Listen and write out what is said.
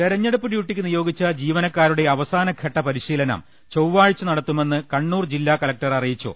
തെരഞ്ഞെടുപ്പ് ഡ്യൂട്ടിയ്ക്ക് നിയോഗിച്ച ജീവനക്കാരുടെ അവ സാനഘട്ട പരിശീലനം ചൊവ്വാഴ്ച നടത്തുമെന്ന് കണ്ണൂർ ജില്ലാ കല ക്ടർ അറിയിച്ചു